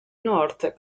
north